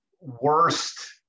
worst